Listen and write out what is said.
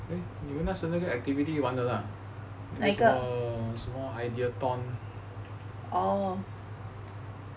eh 你们那时候那个 activity 完了 lah 那个什么 ideathon